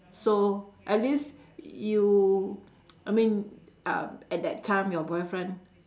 so at least you I mean um at that time your boyfriend